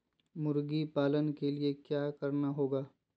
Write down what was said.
मुर्गी पालन के लिए क्या करना होगा?